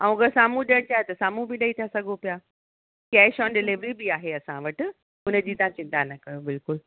ऐं अगरि साम्हूं ॾियण चाहियो त साम्हूं बि ॾेई था सघो पिया कैश ऑन डिलीवरी बि आहे असां वटि हुन जी तव्हां चिंता न कयो बिल्कुलु